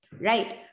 right